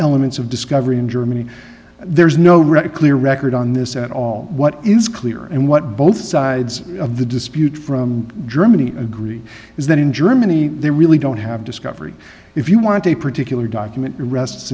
elements of discovery in germany there's no read a clear record on this at all what is clear and what both sides of the dispute from germany agree is that in germany they really don't have discovery if you want a particular document it rests